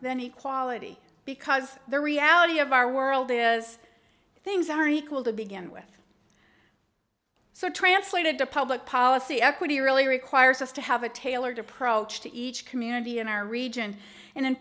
than any quality because the reality of our world as things are equal to begin with so translated to public policy equity really requires us to have a tailored approach to each community in our region and